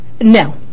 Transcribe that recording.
No